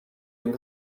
yng